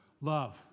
love